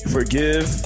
Forgive